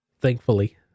thankfully